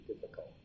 difficult